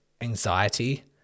anxiety